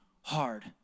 hard